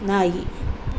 ನಾಯಿ